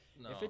No